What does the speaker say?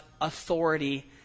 authority